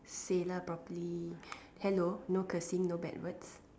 say lah properly hello no cursing no bad words